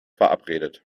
verabredet